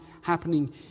happening